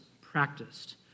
practiced